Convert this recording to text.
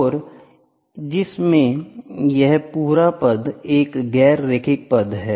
और जिसमें यह पूरा पद एक गैर रैखिक पद है